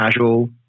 casual